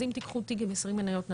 אז אם תיקחו תיק עם 20 מניות נדל"ן,